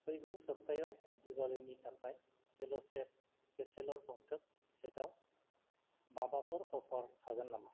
फैगौ सबथायाव दिवालीनि थाखाय सेल' शेफ केसेर'ल अन्थोब सेटआव माबाफोर अफार थागोन नामा